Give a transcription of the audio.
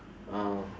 uh